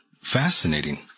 fascinating